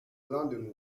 landing